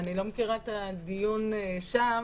אני לא מכירה את הדיון שם,